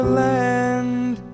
land